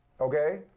okay